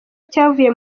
cyavuye